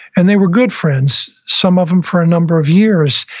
and they were good friends, some of them for a number of years,